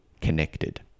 connected